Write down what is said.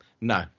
no